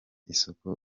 isuku